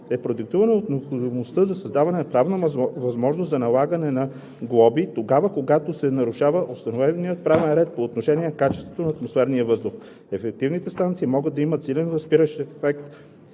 е продиктувано от необходимостта за създаване на правна възможност за налагане на глоби тогава, когато се нарушава установеният правен ред по отношение качеството на атмосферния въздух. Ефективните станции могат да имат силен възпиращ ефект,